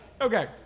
Okay